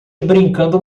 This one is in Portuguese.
brincando